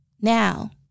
now